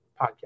Podcast